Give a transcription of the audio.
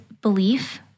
belief